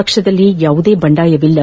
ಪಕ್ಷದಲ್ಲಿ ಯಾವುದೇ ಬಂಡಾಯವಿಲ್ಲ